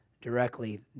directly